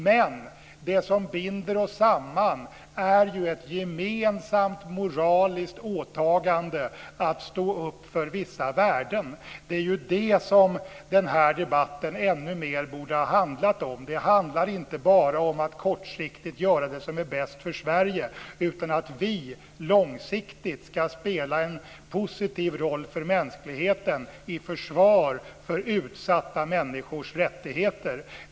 Men det som binder oss samman är ju ett gemensamt moraliskt åtagande att stå upp för vissa värden. Det är ju det som den här debatten ännu mer borde ha handlat om. Det handlar inte bara om att kortsiktigt göra det som är bäst för Sverige utan om att vi långsiktigt ska spela en positiv roll för mänskligheten i försvar för utsatta människors rättigheter.